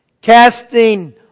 Casting